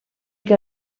que